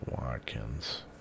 Watkins